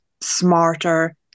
smarter